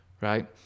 right